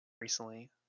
recently